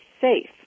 safe